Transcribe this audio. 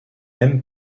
aiment